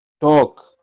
talk